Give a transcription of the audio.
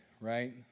right